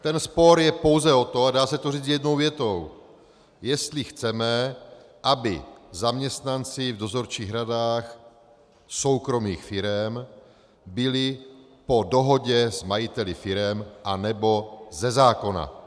Ten spor je pouze o to, a dá se to říci jednou větou, jestli chceme, aby zaměstnanci v dozorčích radách soukromých firem byli po dohodě s majiteli firem, anebo ze zákona.